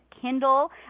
Kindle